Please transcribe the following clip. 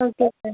okay sir